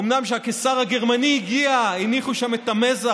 אומנם כשהקיסר הגרמני הגיע הניחו שם את המזח,